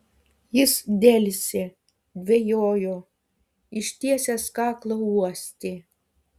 jis delsė dvejojo ištiesęs kaklą uostė